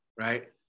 right